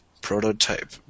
prototype